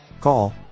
Call